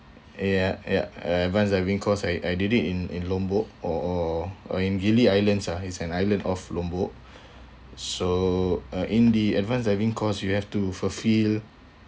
ya ya advanced diving course I I did it in lombok or or or in gili islands ah it's an island off lombok so uh in the advanced diving course you have to fulfill